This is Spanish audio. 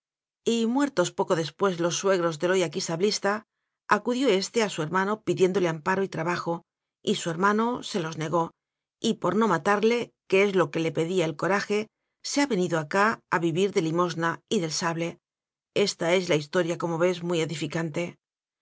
muer tos poco después los suegros del hoy aquí sablista acudió éste a su hermano pidiéndole amparo y trabajo y su hermano se los negó y por no matarle que es lo que le pedía el coraje se ha venido acá a vivir de limosna y del sable esta es la historia como ves muy edificante